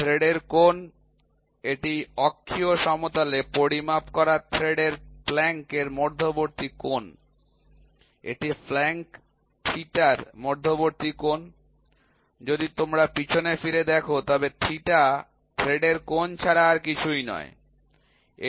থ্রেডের কোণ এটি অক্ষীয় সমতলে পরিমাপ করা থ্রেডের প্লাঙ্ক এর মধ্যবর্তী কোণ এটি ফ্ল্যাঙ্ক থিটার মধ্যবর্তী কোণ যদি তোমরা পিছনে ফিরে দেখো তবে থিটা থ্রেডের কোণ ছাড়া আর কিছুই নয়